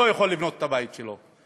לא יכולים לבנות את הבית שלהם.